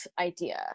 idea